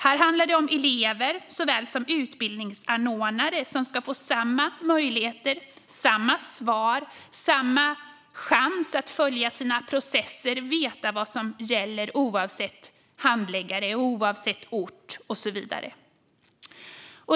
Här handlar det om att elever såväl som utbildningsanordnare ska få samma möjligheter, samma svar och samma chans att följa sina processer och veta vad som gäller oavsett handläggare eller ort.